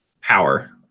power